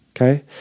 Okay